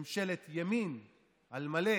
ממשלת ימין על מלא